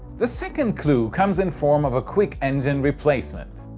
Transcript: the second clue comes in form of quick engine replacements.